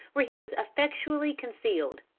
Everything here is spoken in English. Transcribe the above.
where he was effectually concealed.